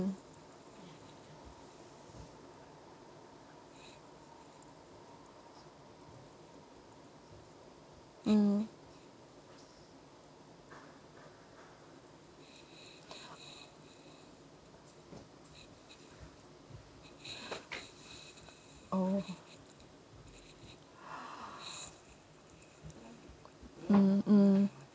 mm oh mm mm